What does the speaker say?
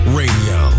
radio